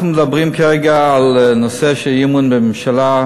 אנחנו מדברים כרגע על נושא של אי-אמון בממשלה,